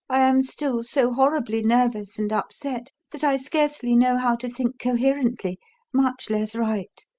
i am still so horribly nervous and upset that i scarcely know how to think coherently much less write.